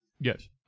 Yes